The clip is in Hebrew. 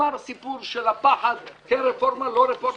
נגמר הסיפור של הפחד כן רפורמה לא רפורמה.